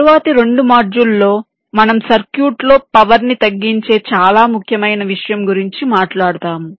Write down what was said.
తరువాతి రెండు మాడ్యూళ్ళలో మనం సర్క్యూట్లలో పవర్ ని తగ్గించే చాలా ముఖ్యమైన విషయం గురించి మాట్లాడుతాము